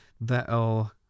that'll